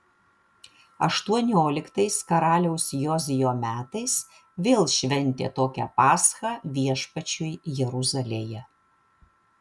aštuonioliktais karaliaus jozijo metais vėl šventė tokią paschą viešpačiui jeruzalėje